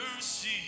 mercy